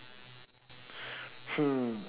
hmm